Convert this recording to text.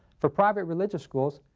for private religious schools,